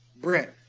Brent